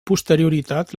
posterioritat